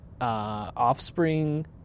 offspring